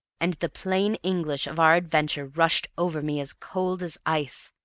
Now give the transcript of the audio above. and the plain english of our adventure rushed over me as cold as ice.